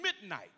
midnight